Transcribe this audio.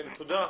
תודה.